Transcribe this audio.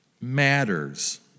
matters